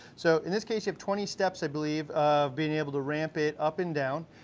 so in this case, you have twenty steps, i believe, of being able to ramp it up and down.